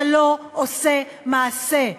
אתה לא עושה מעשה.